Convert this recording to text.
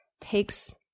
takes